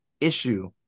issue